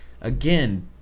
again